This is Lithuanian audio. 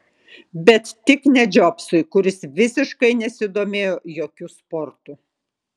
bet tik ne džobsui kuris visiškai nesidomėjo jokiu sportu